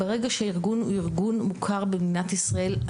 ברגע שהארגון הוא ארגון מוכר במדינת ישראל,